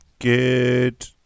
Good